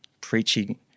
Preaching